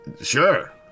Sure